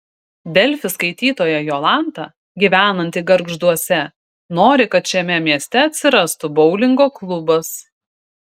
delfi skaitytoja jolanta gyvenanti gargžduose nori kad šiame mieste atsirastų boulingo klubas